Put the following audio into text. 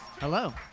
Hello